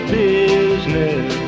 business